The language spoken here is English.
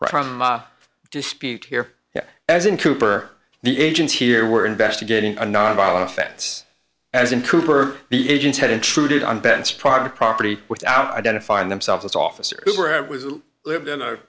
speak here as in cooper the agents here were investigating a nonviolent offense as in cooper the agents had intruded on bents private property without identifying themselves as officers who were it was lived in a